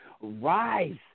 Rise